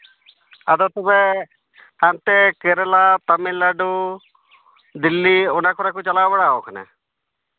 ᱟᱫᱚ ᱛᱚᱵᱮ ᱦᱟᱱᱛᱮ ᱠᱮᱨᱟᱞᱟ ᱛᱟᱹᱢᱤᱞᱱᱟᱰᱩ ᱫᱤᱞᱞᱤ ᱚᱱᱟ ᱠᱚᱨᱮ ᱠᱚ ᱪᱟᱞᱟᱣ ᱵᱟᱲᱟᱜ ᱠᱟᱱᱟ